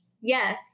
Yes